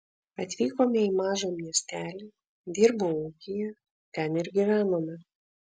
atvykome į mažą miestelį dirbau ūkyje ten ir gyvenome